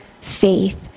faith